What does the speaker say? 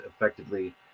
effectively